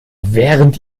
während